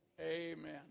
Amen